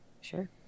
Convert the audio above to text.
Sure